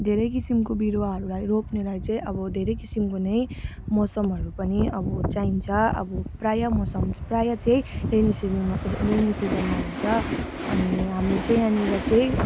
धेरै किसिमको बिरुवाहरूलाई रोप्नेलाई चाहिँ अब धेरै किसिमको नै मौसमहरू पनि अब चाहिन्छ अब प्रायः मौसम प्रायः चाहिँ रेनी सिजनमा रेनी सिजनमा हुन्छ अनि हाम्रो चाहिँ यहाँनिर चाहिँ